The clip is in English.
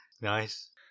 Nice